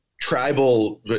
tribal